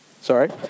Sorry